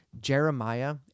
Jeremiah